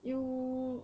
you